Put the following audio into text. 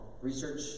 Research